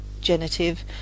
genitive